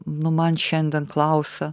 nu man šiandien klausia